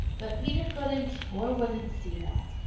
but peter couldn't or wouldn't see that.